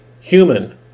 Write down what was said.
human